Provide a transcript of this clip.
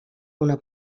una